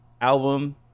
album